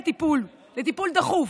לטיפול דחוף?